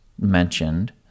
mentioned